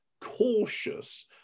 cautious